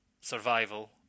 survival